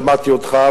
שמעתי אותך,